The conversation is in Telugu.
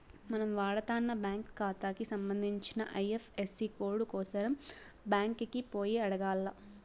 మనం వాడతన్న బ్యాంకు కాతాకి సంబంధించిన ఐఎఫ్ఎసీ కోడు కోసరం బ్యాంకికి పోయి అడగాల్ల